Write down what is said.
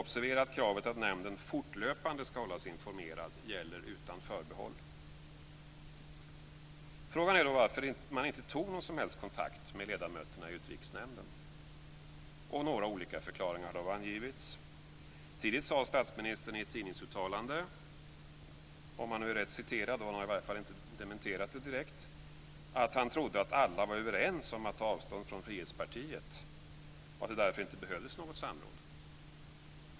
Observera att kravet att nämnden fortlöpande ska hållas informerad gäller utan förbehåll. Frågan är då varför man inte tog någon som helst kontakt med ledamöterna i Utrikesnämnden. Några olika förklaringar har avgivits. Tidigt sade statsministern i ett tidningsuttalande - om han nu är rätt citerad, han har i varje fall inte dementerat det direkt - att han trodde att alla var överens om att ta avstånd från Frihetspartiet och att det därför inte behövdes något samråd.